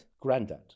Granddad